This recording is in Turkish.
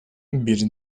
bir